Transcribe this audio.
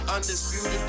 Undisputed